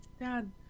dad